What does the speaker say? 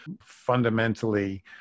fundamentally